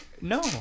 No